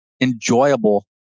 enjoyable